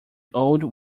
old